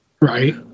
Right